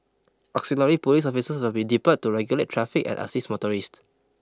auxiliary police officers will be deployed to regulate traffic and assist motorists